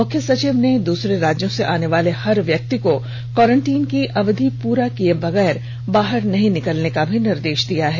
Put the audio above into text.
मुख्य सचिव ने दूसरे राज्यों से आने वाले हर व्यक्ति को क्वारटिन की अवधि पूरा किए बगैर बाहर नहीं निकलने का निर्देश दिया है